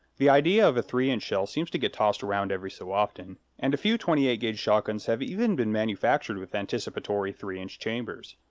the idea of a three and shell seems to get tossed around every so often, and a few twenty eight ga shotguns have even been manufactured with anticipatory three and chambers.